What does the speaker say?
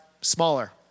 smaller